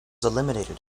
eliminated